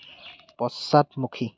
পশ্চাদমুখী